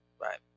Right